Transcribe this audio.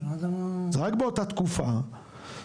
זה רק באותה תקופה.